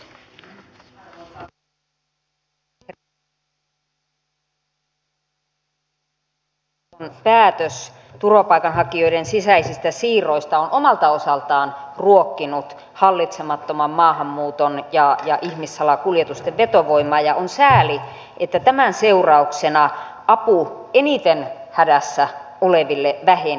on selvää että eu tason päätös turvapaikanhakijoiden sisäisistä siirroista on omalta osaltaan ruokkinut hallitsemattoman maahanmuuton ja ihmissalakuljetusten vetovoimaa ja on sääli että tämän seurauksena apu eniten hädässä oleville vähenee